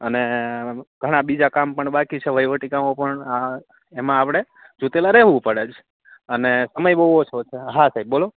અને ઘણાં બીજા કામ પણ બાકી છે વહીવટી કામો પણ એમાં આવડે જોતેલાં રહેવું પડે અને સમય પણ બહુ ઓછો છે હા સાહેબ બોલો